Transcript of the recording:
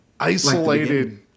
Isolated